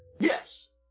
Yes